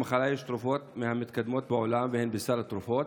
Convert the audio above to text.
למחלה יש תרופות מהמתקדמות בעולם והן בסל התרופות.